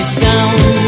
sound